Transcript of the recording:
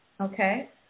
okay